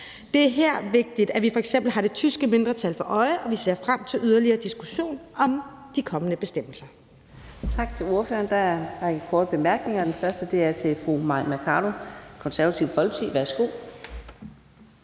Det er her vigtigt, at vi f.eks. har det tyske mindretal for øje, og vi ser frem til yderligere diskussion om de kommende bestemmelser.